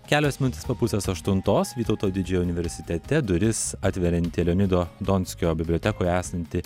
kelios minutės po pusės aštuntos vytauto didžiojo universitete duris atverianti leonido donskio bibliotekoje esanti